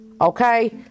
okay